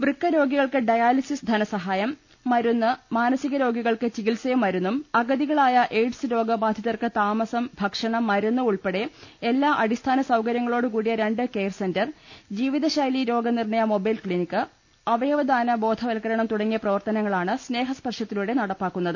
വൃക്ക രോഗികൾക്ക് ഡയാലിസിസ് ധനസഹായം മരുന്ന് മാന സിക രോഗികൾക്ക് ചികിത്സയും മരുന്നും അഗതികളായ എയ്ഡ്സ് രോഗ ബാധിതർക്ക് താമസം ഭക്ഷണം മരുന്ന് ഉൾപ്പടെ എല്ലാ അടിസ്ഥാന സൌകരൃങ്ങളോട് കൂടിയ രണ്ട് കെയർ സെന്റർ ജീവിത ശൈലി രോഗനിർണ്ണയ മൊബൈൽ ക്ലിനിക്ക് അവയവ ദാന ബോധവൽക്കരണം തുടങ്ങിയ പ്രവർത്തനങ്ങളാണ് സ്നേഹ സ്പർശത്തിലൂടെ നടപ്പാക്കുന്നത്